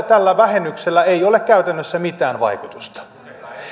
tällä vähennyksellä ei ole käytännössä mitään vaikutusta